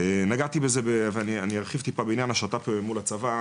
נגעתי בזה ואני ארחיב טיפה בעניין השת"פ מול הצבא.